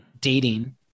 dating